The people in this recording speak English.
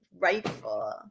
rightful